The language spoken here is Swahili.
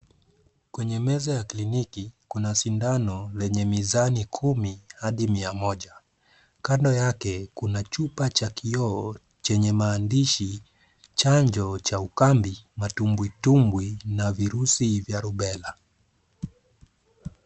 Kwenye meza ya kliniki kuna sindano lenye mizani kumi hadi mia moja. Kando yake kuna chupa cha kioo chenye maandishi chanjo cha ukambi, matumbwitumbwi na virusi vya rubela.